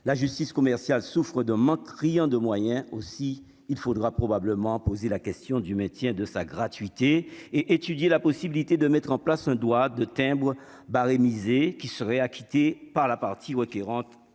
la justice commerciale souffre d'un manque criant de moyens aussi, il faudra probablement poser la question du maintien de sa gratuité et étudier la possibilité de mettre en place un droit de timbre barémiser qui serait acquitté par la partie qui rentre